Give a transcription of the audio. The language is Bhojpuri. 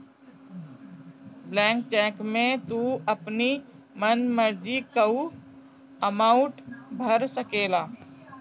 ब्लैंक चेक में तू अपनी मन मर्जी कअ अमाउंट भर सकेला